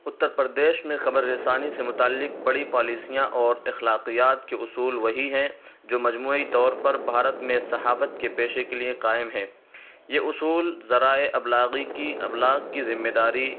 اتر پردیش میں خبر رسانی سے متعلق بڑی پالیسیاں اور اخلاقیات کے اصول وہی ہیں جو مجموعی طور پر بھارت میں صحافت کے پیشے کے لیے قائم ہیں یہ اصول ذرائع ابلاغی کی ابلاغ کی ذمےداری